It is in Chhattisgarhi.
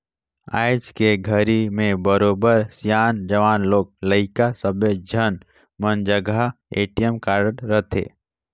आयज के घरी में बरोबर सियान, जवान, लोग लइका सब्बे झन मन जघा ए.टी.एम कारड रथे